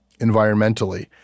environmentally